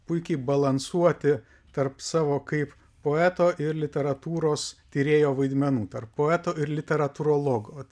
puikiai balansuoti tarp savo kaip poeto ir literatūros tyrėjo vaidmenų tarp poeto ir literatūrologo